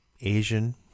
Asian